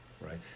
right